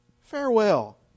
farewell